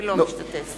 אינו משתתף